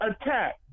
attack